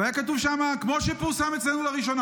והיה כתוב שם: כמו שפורסם אצלנו לראשונה.